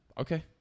okay